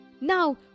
Now